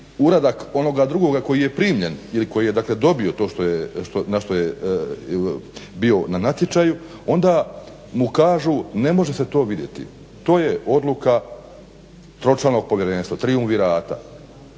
uradak onoga drugoga koji je primljen ili koji je dakle dobio to na što je bio na natječaju onda mu kažu ne može se to vidjeti. To je odluka tročlanog povjerenstva, trijumvirata.